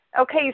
Okay